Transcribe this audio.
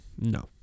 No